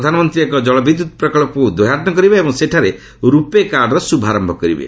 ପ୍ରଧାନମନ୍ତ୍ରୀ ଏକ ଜଳବିଦ୍ୟୁତ୍ ପ୍ରକଳ୍ପକ୍ ଉଦ୍ଘାଟନ କରିବେ ଏବଂ ସେଠାରେ 'ରୂପେ କାର୍ଡ଼'ର ଶୁଭାରମ୍ଭ କରିବେ